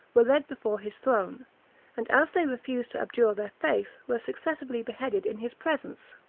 were led before his throne and, as they refused to abjure their faith, were successively beheaded in his presence.